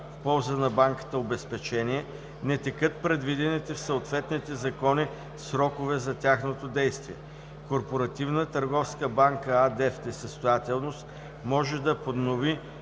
в полза на банката обезпечения, не текат предвидените в съответните закони срокове за тяхното действие. „Корпоративна търговска банка“ АД – в несъстоятелност, може да поднови